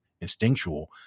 instinctual